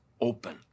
open